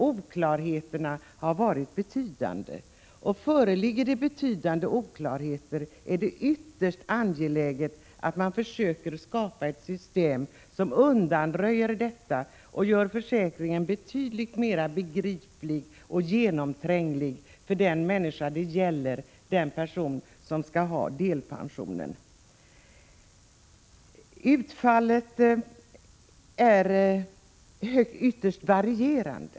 Oklarheterna har varit betydande, och när det förhåller sig så är det ytterst angeläget att man försöker skapa ett system som undanröjer oklarheterna och gör försäkringen betydligt mera begriplig och genomtränglig för den människa det gäller — för den person som skall ha delpensionen. Utfallet är ytterst varierande.